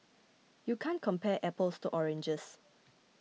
you can't compare apples to oranges